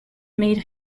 made